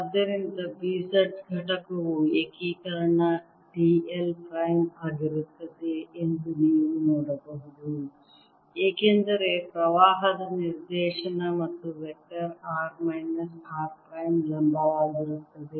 ಆದ್ದರಿಂದ B z ಘಟಕವು ಏಕೀಕರಣ d l ಪ್ರೈಮ್ ಆಗಿರುತ್ತದೆ ಎಂದು ನೀವು ನೋಡಬಹುದು ಏಕೆಂದರೆ ಪ್ರವಾಹದ ನಿರ್ದೇಶನ ಮತ್ತು vector r minus r prime ಲಂಬವಾಗಿರುತ್ತದೆ